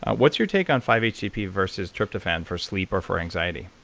what's your take on five htp versus tryptophan for sleep or for anxiety?